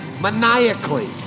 maniacally